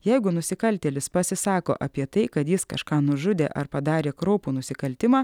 jeigu nusikaltėlis pasisako apie tai kad jis kažką nužudė ar padarė kraupų nusikaltimą